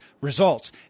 results